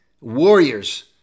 warriors